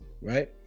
right